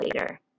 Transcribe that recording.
later